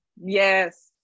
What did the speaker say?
Yes